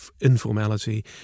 informality